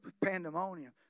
pandemonium